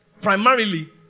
primarily